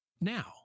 Now